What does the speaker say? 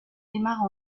démarre